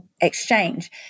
exchange